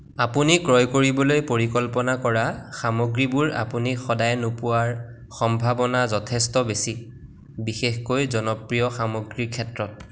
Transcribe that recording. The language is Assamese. আপুনি ক্ৰয় কৰিবলৈ পৰিকল্পনা কৰা সামগ্ৰীবোৰ আপুনি সদায়ে নোপোৱাৰ সম্ভাৱনা যথেষ্ট বেছি বিশেষকৈ জনপ্ৰিয় সামগ্ৰীৰ ক্ষেত্ৰত